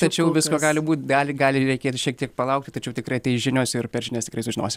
tačiau visko gali būt gali gali reikėti šiek tiek palaukti tačiau tikrai ateis žinios ir per žinias sužinosim